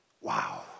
Wow